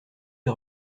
est